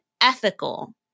ethical